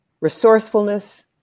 resourcefulness